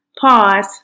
pause